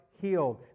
healed